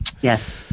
Yes